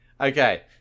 Okay